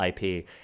IP